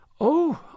Oh